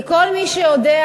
כי כל מי שיודע,